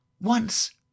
Once